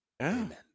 Amen